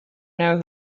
know